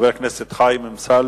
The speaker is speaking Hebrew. של חבר הכנסת חיים אמסלם,